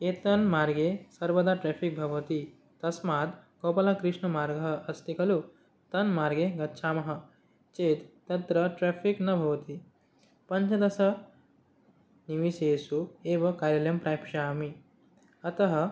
एतन्मार्गे सर्वदा ट्राफ़िक् भवति तस्मात् गोपालकृष्णमार्गः अस्ति खलु तन्मार्गे गच्छामः चेत् तत्र ट्राफ़िक् न भवति पञ्चदशनिमेषेषु एव कार्यालयं प्राप्स्यामि अतः